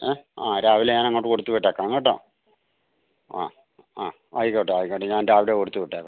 ഏ ആ രാവിലെ ഞാന് അങ്ങോട്ട് കൊടുത്ത് വിട്ടേക്കാം കേട്ടോ ആ ആ ആയിക്കോട്ടെ ആയിക്കോട്ടെ ഞാന് രാവിലെ കൊടുത്ത് വിട്ടേക്കാം